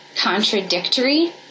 contradictory